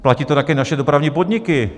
Platí to také naše dopravní podniky.